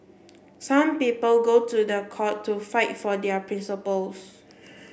some people go to the court to fight for their principles